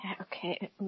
okay